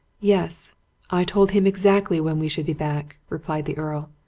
yes i told him exactly when we should be back, replied the earl.